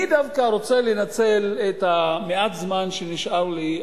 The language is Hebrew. אני דווקא רוצה לנצל את מעט הזמן שנשאר לי,